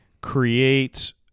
creates